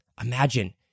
Imagine